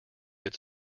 its